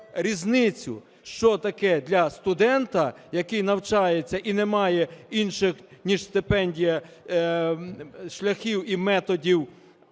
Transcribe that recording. що таке для студента, який навчається і не має інших, ніж стипендія, шляхів і методів